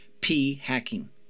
P-hacking